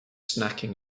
snacking